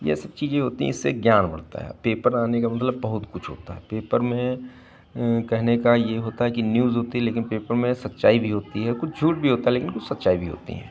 ये सब चीज़ें होती हैं इससे ज्ञान बढ़ता है पेपर आने का मतलब बहुत कुछ होता है पेपर में कहने का ये होता है कि न्यूज़ होती है लेकिन पेपरों में सच्चाई भी होती है कुछ झूठ भी होता है लेकिन कुछ सच्चाई भी होती हैं